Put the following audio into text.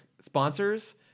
sponsors